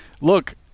look